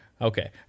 Okay